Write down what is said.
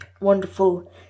wonderful